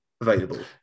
available